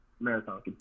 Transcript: Marathon